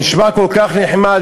זה נשמע כל כך נחמד,